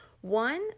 One